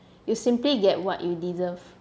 you simply get what you deserve